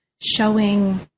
showing